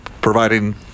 providing